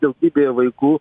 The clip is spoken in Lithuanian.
daugybė vaikų